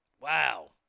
Wow